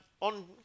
on